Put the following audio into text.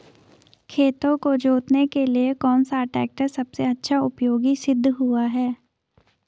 खेतों को जोतने के लिए कौन सा टैक्टर सबसे अच्छा उपयोगी सिद्ध हुआ है?